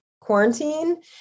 quarantine